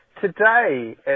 today